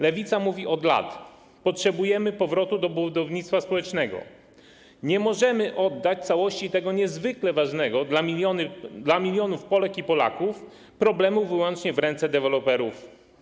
Lewica mówi od lat: Potrzebujemy powrotu do budownictwa społecznego, nie możemy oddać całości tego niezwykle ważnego dla milionów Polek i Polaków problemu wyłącznie w ręce deweloperów.